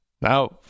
now